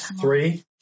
Three